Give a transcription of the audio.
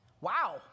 wow